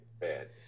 bad